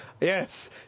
Yes